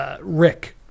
Rick